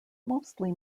mostly